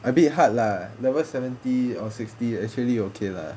a bit hard lah level seventy or sixty actually okay lah